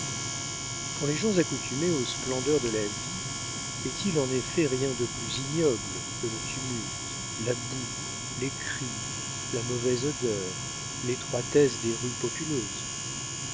pour les gens accoutumés aux splendeurs de la vie est-il en effet rien de plus ignoble que le tumulte la boue les cris la mauvaise odeur l'étroitesse des rues populeuses